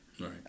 right